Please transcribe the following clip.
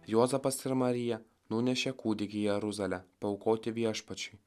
juozapas ir marija nunešė kūdikį į jeruzalę paaukoti viešpačiui